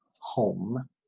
home